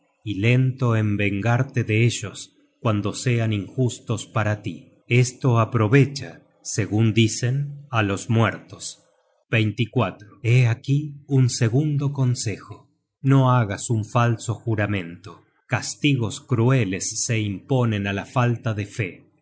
y lento en vengarte de ellos cuando sean injustos para tí esto aprovecha segun dicen á los muertos hé aquí un segundo consejo no hagas un falso juramento castigos crueles se imponen á la falta de fe el